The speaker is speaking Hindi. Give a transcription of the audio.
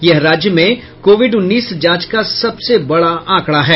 यह राज्य में कोविड उन्नीस जांच का सबसे बड़ा आंकड़ा है